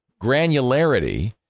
granularity